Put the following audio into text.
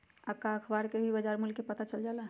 का अखबार से भी बजार मूल्य के पता चल जाला?